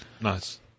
nice